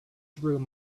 through